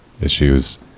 issues